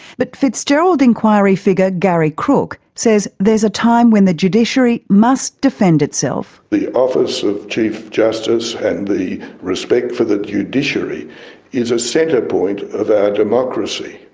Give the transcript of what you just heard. but fitzgerald inquiry figure gary crooke qc says there's a time when the judiciary must defend itself. the office of chief justice and the respect for the judiciary is a centre-point of our democracy.